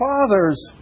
Father's